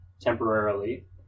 temporarily